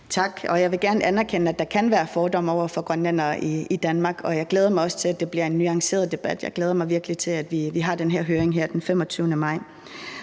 Tak. Jeg vil gerne anerkende, at der kan være fordomme over for grønlændere i Danmark, og jeg glæder mig også til, at det bliver en nuanceret debat, og jeg glæder mig virkelig til, at vi får den her høring den 25. maj.